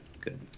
Good